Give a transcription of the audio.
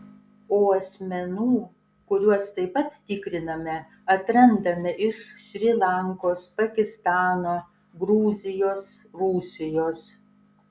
o asmenų kuriuos taip pat tikriname atrandame iš šri lankos pakistano gruzijos rusijos